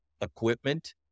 equipment